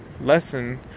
lesson